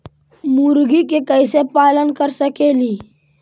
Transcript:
मुर्गि के कैसे पालन कर सकेली?